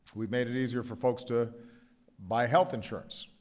we've made it easier for folks to buy health insurance,